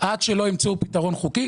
עד שלא ימצאו פתרון חוקי,